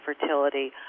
fertility